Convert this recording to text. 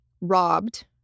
robbed